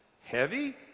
heavy